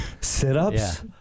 sit-ups